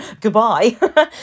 goodbye